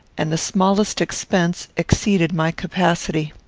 and the smallest expense exceeded my capacity.